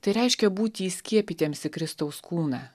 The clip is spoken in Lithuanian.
tai reiškia būti įskiepytiems į kristaus kūną